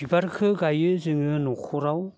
बिबारखो गायो जोङो न'खराव